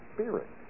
Spirit